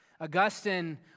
Augustine